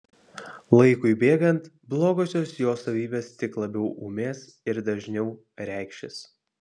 laikui bėgant blogosios jo savybės tik labiau ūmės ir dažniau reikšis